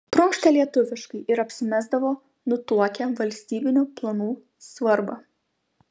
prunkštė lietuviškai ir apsimesdavo nutuokią valstybinių planų svarbą